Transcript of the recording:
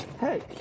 hey